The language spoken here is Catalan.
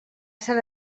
sant